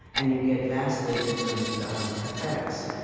and you get vastly different effects.